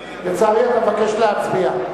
לצערי, לצערי, אתה מבקש להצביע.